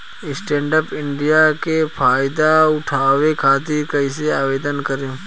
Stand up India के फाइदा उठाओ खातिर कईसे आवेदन करेम?